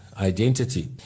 identity